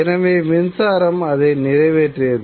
எனவே மின்சாரம் அதை நிறைவேற்றியது